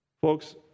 Folks